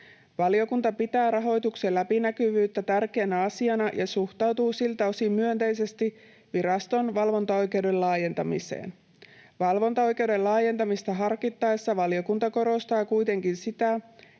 Valiokunta pitää rahoituksen läpinäkyvyyttä tärkeänä asiana ja suhtautuu siltä osin myönteisesti viraston valvontaoikeuden laajentamiseen. Valvontaoikeuden laajentamista harkittaessa valiokunta korostaa kuitenkin sitä,